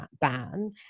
ban